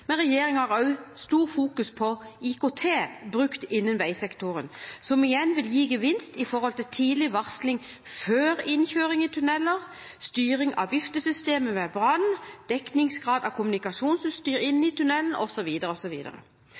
men regjeringen har også stort fokus på IKT brukt innen veisektoren, som igjen vil gi gevinst med hensyn til tidlig varsling før innkjøring i tunneler, styring av viftesystemet ved brann, dekningsgrad av kommunikasjonsutstyr inne i